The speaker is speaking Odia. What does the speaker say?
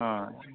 ହଁ